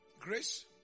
Grace